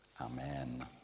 Amen